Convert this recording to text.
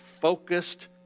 focused